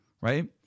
Right